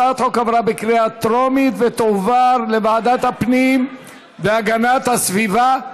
הצעת החוק עברה בקריאה טרומית ותועבר לוועדת הפנים והגנת הסביבה,